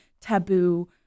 taboo